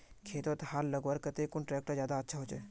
खेतोत हाल लगवार केते कुन ट्रैक्टर ज्यादा अच्छा होचए?